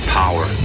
power